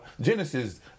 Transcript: Genesis